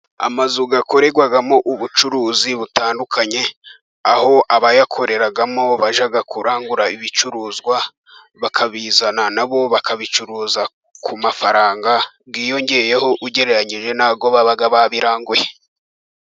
Amazu akorerwamo ubucuruzi butandukanye, aho abayakoreramo bajya kurangura ibicuruzwa bakabizana, na bo bakabicuruza ku mafaranga yiyongereyeho, ugereranyije n'ayo baba babiranguye.